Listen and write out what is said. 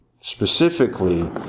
specifically